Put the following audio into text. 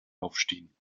aufstehen